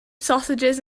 sausages